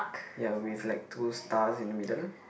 ya with like two stars in the middle